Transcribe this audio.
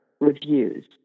reviews